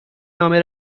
نامه